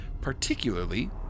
Particularly